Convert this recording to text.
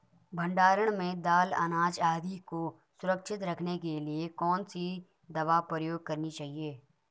भण्डारण में दाल अनाज आदि को सुरक्षित रखने के लिए कौन सी दवा प्रयोग करनी चाहिए?